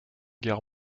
guerre